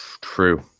true